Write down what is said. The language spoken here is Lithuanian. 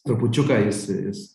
trupučiuką jis jis